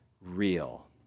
real